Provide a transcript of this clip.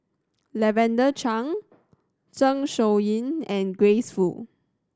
Lavender Chang Zeng Shouyin and Grace Fu